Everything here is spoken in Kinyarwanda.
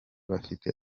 bafite